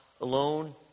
alone